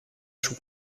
σου